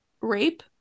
rape